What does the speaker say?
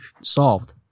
solved